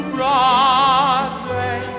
Broadway